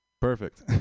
Perfect